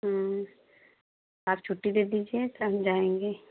हम्म आप छुट्टी दे दीजिए तब हम जाएँगे